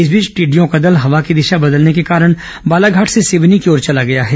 इस बीच टिड्डियों का दल हवा की दिशा बदलने के कारण बालाघाट से सिवनी की ओर चला गया है